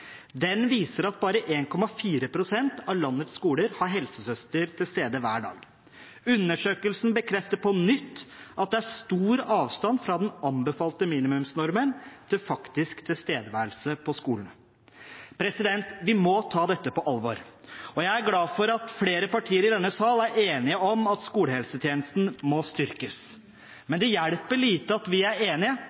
Den viser at bare 1,4 pst. av landets skoler har helsesøster til stede hver dag. Undersøkelsen bekrefter på nytt at det er stor avstand fra den anbefalte minimumsnormen til faktisk tilstedeværelse på skolene. Vi må ta dette på alvor. Jeg er glad for at flere partier i denne sal er enige om at skolehelsetjenesten må styrkes, men det hjelper lite at vi er enige,